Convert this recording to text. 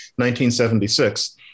1976